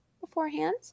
beforehand